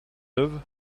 neuve